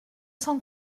cent